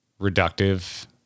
reductive